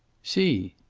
see!